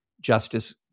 justice